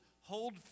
Hold